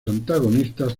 antagonistas